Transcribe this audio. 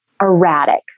erratic